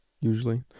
usually